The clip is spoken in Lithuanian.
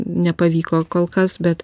nepavyko kol kas bet